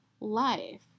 life